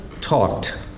talked